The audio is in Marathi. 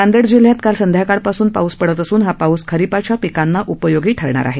नांदेड जिल्ह्यात काल संध्याकाळपासून पाऊस पडत असून हा पाऊस खरिपाच्या पिकांना उपयोगी ठरणार आहे